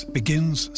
begins